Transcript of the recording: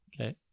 Okay